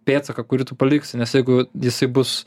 pėdsaką kurį tu paliksi nes jeigu jisai bus